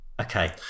Okay